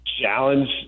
challenge